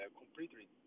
completely